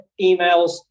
emails